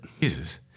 Jesus